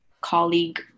colleague